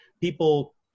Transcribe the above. people